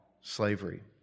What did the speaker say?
slavery